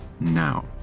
now